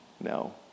No